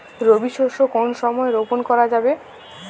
রবি শস্য কোন সময় রোপন করা যাবে?